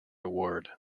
award